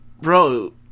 Bro